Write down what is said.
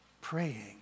praying